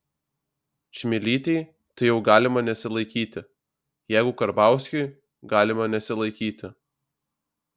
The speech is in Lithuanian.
čmilytei tai jau galima nesilaikyti jeigu karbauskiui galima nesilaikyti